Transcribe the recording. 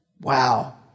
Wow